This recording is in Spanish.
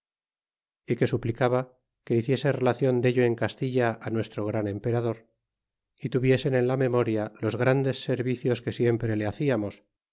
y que suplicaba que hiciese relacion dello en castilla nuestro gran emperador y tuviesen en la memoria los grandes servicios que siempre le haciamos